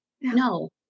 No